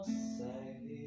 say